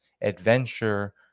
adventure